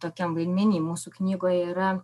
tokiam vaidmeny mūsų knygoj yra